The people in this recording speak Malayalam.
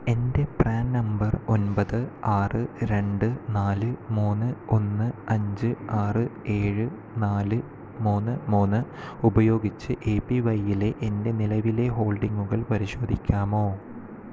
എൻ്റെ പ്രാൻ നമ്പർ ഒൻപത് ആറ് രണ്ട് നാല് മൂന്ന് ഒന്ന് അഞ്ച് ആറ് ഏഴ് നാല് മൂന്ന് മൂന്ന് ഉപയോഗിച്ച് എ പി വൈയിലെ എൻ്റെ നിലവിലെ ഹോൾഡിംഗുകൾ പരിശോധിക്കാമോ